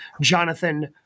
Jonathan